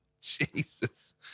Jesus